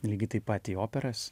lygiai taip pat į operas